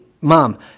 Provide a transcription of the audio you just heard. mom